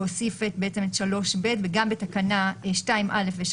להוסיף את (3ב) וגם בתקנה 2א,